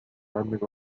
żadnych